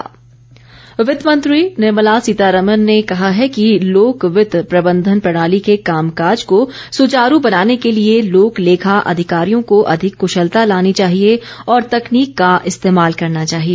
वित्त मंत्री वित्तमंत्री निर्मला सीतारामण ने कहा है कि लोक वित्त प्रबंधन प्रणाली के कामकाज को सुचारू बनाने के लिए लोक लेखा अधिकारियों को अधिक कुशलता लानी चाहिए और तकनीक का इस्तेमाल करना चाहिए